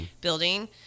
building